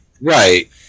Right